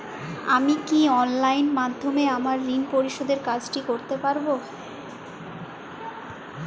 আমি কি অনলাইন মাধ্যমে আমার ঋণ পরিশোধের কাজটি করতে পারব?